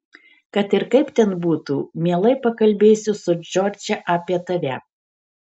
kad ir kaip ten būtų mielai pakalbėsiu su džordže apie tave